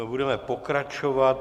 Budeme pokračovat.